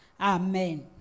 Amen